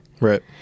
right